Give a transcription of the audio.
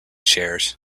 shares